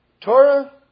Torah